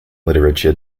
literature